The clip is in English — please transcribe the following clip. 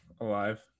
alive